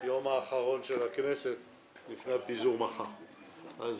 היום ה-25 בדצמבר 2018,